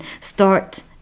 start